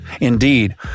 Indeed